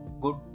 good